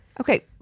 Okay